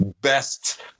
best